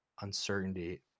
uncertainty